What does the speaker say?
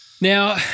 Now